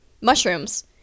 mushrooms